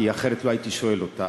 כי אחרת לא הייתי שואל את השאלה.